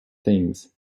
things